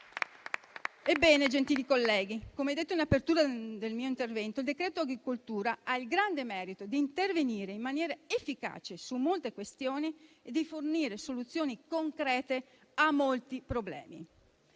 Gentili colleghi, come detto in apertura del mio intervento, il decreto agricoltura ha il grande merito di intervenire in maniera efficace su molte questioni e di fornire soluzioni concrete a molti problemi.